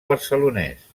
barcelonès